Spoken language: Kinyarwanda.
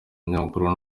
binyamakuru